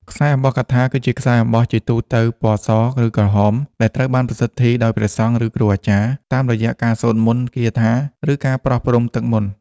ខ្សែអំបោះកថា គឺជាខ្សែអំបោះ ជាទូទៅពណ៌ស ឬក្រហម ដែលត្រូវបានប្រសិទ្ធីដោយព្រះសង្ឃ ឬគ្រូអាចារ្យ តាមរយៈការសូត្រមន្តគាថា ឬការប្រោះព្រំទឹកមន្ត។